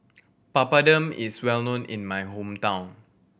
Papadum is well known in my hometown